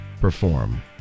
Perform